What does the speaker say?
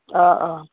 অঁ অঁ